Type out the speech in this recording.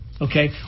Okay